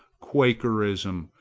quakerism,